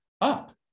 up